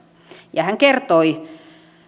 hän kertoi